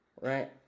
right